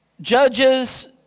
Judges